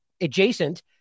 adjacent